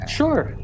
sure